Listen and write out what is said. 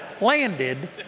landed